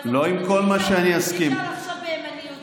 אי-אפשר לחשוד בימניותו.